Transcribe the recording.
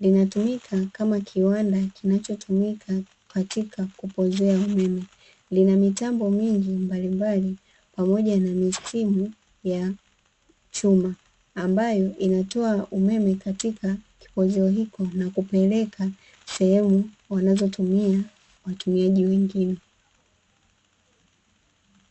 linatumika kama kiwanda kinachotumika katika kupozea umeme, lina mitambo mingi mbalimbali pamoja na misimu ya chuma, ambayo inatoa umeme katika kipozeo hiko na kupeleka sehemu wanazotumia watumiaji wengine.